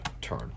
turn